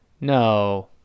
No